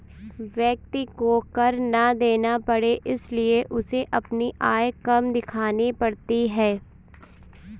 व्यक्ति को कर ना देना पड़े इसलिए उसे अपनी आय कम दिखानी पड़ती है